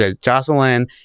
Jocelyn